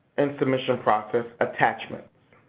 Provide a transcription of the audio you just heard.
in submission process, attachments.